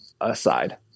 aside